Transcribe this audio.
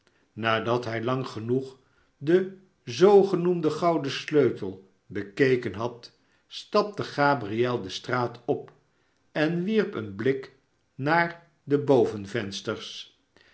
nadat hij lang genoeg den zoogenoemden gouden sleutel bekeken had stapte gabriel de straat op en wierp een blik naar de